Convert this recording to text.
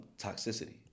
Toxicity